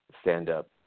stand-up